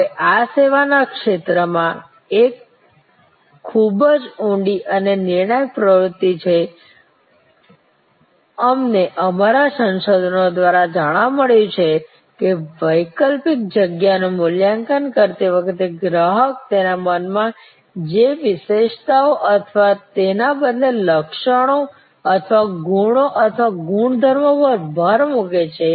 હવે આ સેવાના ક્ષેત્રમાં એક ખૂબ જ ઊંડી અને નિર્ણાયક પ્રવૃત્તિ છે અમને અમારા સંશોધનો દ્વારા જાણવા મળ્યું છે કે વૈકલ્પિક જગ્યા નું મૂલ્યાંકન કરતી વખતે ગ્રાહક તેના મનમાં જે વિશેષતાઓ અથવા તેના બદલે લક્ષણો અથવા ગુણો અથવા ગુણધર્મો પર ભાર મૂકે છે